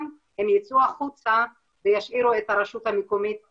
הם ייצאו החוצה וישאירו את הרשות המקומית,